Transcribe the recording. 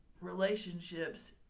relationships